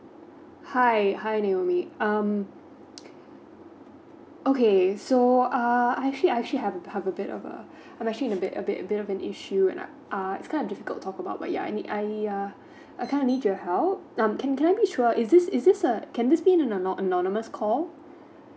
hi hi naomi um okay so uh I actually I actually have a bit have a bit of uh I'm actually a bit a bit bit of an issue uh it's a kind of difficult to talk about but I need uh I just need your help um can can I be sure is this is this uh can this be err ano~ anonymous call